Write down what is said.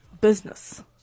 business